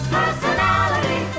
personality